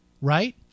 Right